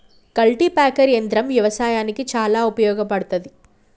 cultipacker యంత్రం వ్యవసాయానికి చాలా ఉపయోగపడ్తది